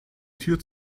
tür